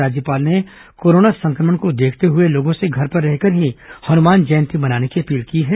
राज्यपाल ने कोरोना संक्रमण को देखते हुए लोगों से घर पर रहकर ही हनुमान जयंती मनाने की अपील की है